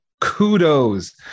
kudos